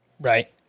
Right